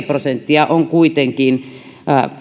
prosenttia perinnönsaajista on kuitenkin